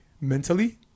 mentally